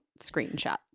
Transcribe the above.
screenshot